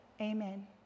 amen